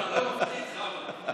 אתה לא מפחיד, חמד.